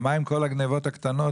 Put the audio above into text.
אבל מה עם כל הגניבות הקטנות,